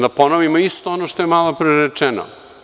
Da ponovimo isto ono što je malopre rečeno.